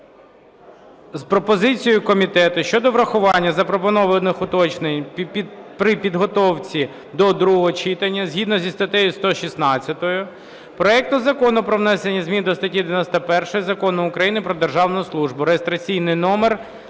з пропозицією комітету щодо врахування запропонованих уточнень при підготовці до другого читання згідно зі статтею 116 проекту Закону про внесення змін до статті 91 Закону України "Про державну службу" (реєстраційний номер